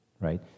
right